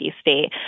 state